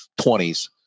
20s